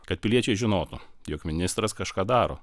kad piliečiai žinotų jog ministras kažką daro